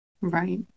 right